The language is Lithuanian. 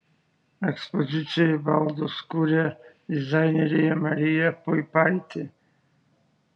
ekspozicijai baldus kuria dizainerė marija puipaitė